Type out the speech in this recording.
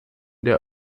der